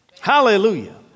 hallelujah